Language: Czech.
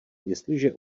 jestliže